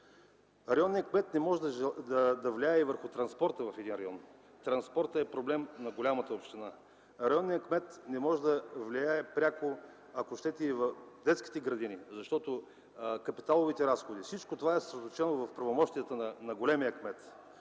Районният кмет не може да влияе и върху транспорта в един район. Транспортът е проблем на голямата община. Районният кмет не може да влияе пряко и в детските градини, защото капиталовите и други разходи са съсредоточени в правомощията на големия кмет.